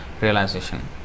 realization